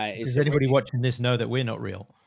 ah is there anybody watching this know that we're not real.